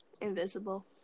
invisible